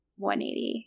180